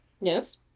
Yes